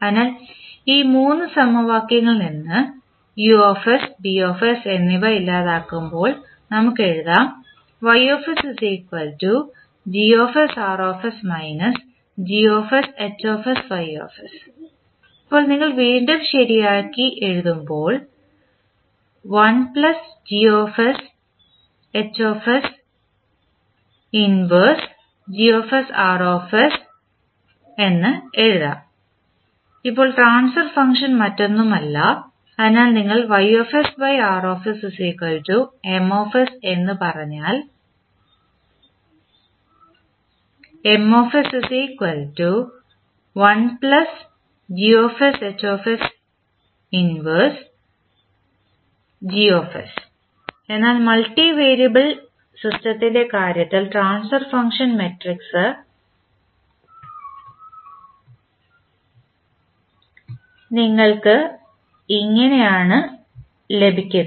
അതിനാൽ ഈ മൂന്ന് സമവാക്യങ്ങളിൽ നിന്ന് U B എന്നിവ ഇല്ലാതാക്കുമ്പോൾ നമുക്ക് എഴുതാം ഇപ്പോൾ നിങ്ങൾ വീണ്ടും ശരിയാക്കി എഴുതുമ്പോൾ ഇപ്പോൾ ട്രാൻസ്ഫർ ഫംഗ്ഷൻ മറ്റൊന്നുമല്ല അതിനാൽ നിങ്ങൾ എന്ന് പറഞ്ഞാൽ അതിനാൽ മൾട്ടിവേരിയബിൾ സിസ്റ്റത്തിൻറെ കാര്യത്തിൽ ട്രാൻസ്ഫർ ഫംഗ്ഷൻ മാട്രിക്സ് നിങ്ങൾക്ക് ഇങ്ങനെയാണ് ലഭിക്കുന്നത്